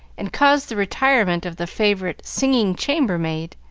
and caused the retirement of the favorite singing chambermaid,